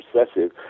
obsessive